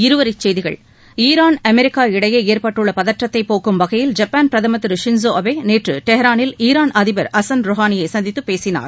இருவரிச்செய்திகள் Iran America இடையே ஏற்பட்டுள்ள பதற்றத்தை போக்கும் வகையில் ஜப்பான் பிரதமர் திரு ஷின்ஸோ அபே நேற்று டெஹ்ரானில் ஈரான் அதிபர் அஸன் ரொஹானியை சந்தித்துப் பேசினார்